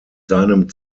seinem